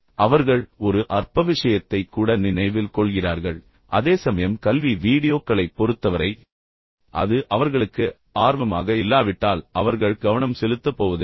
பின்னர் அவர்கள் ஒரு அற்ப விஷயத்தை கூட நினைவில் கொள்கிறார்கள் அதேசமயம் கல்வி வீடியோக்களைப் பொறுத்தவரை அது அவர்களுக்கு ஆர்வமாக இல்லாவிட்டால் அவர்கள் கவனம் செலுத்தப் போவதில்லை